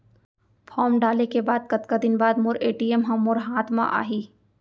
Form डाले के कतका दिन बाद मोर ए.टी.एम ह मोर हाथ म आही?